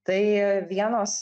tai vienos